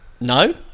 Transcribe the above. No